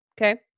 Okay